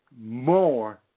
more